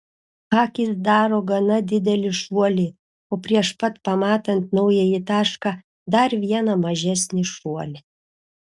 akys daro gana didelį šuolį o prieš pat pamatant naująjį tašką dar vieną mažesnį šuolį